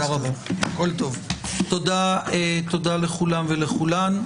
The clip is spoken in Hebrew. תודה לכולם ולכולן.